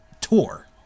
tour